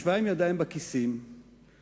ישבה עם ידיים בכיסים ואמרה: